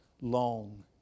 long